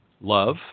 love